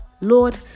Lord